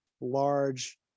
large